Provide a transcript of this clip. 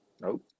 Nope